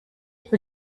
für